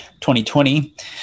2020